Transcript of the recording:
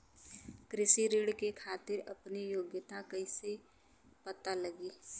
कृषि ऋण के खातिर आपन योग्यता कईसे पता लगी?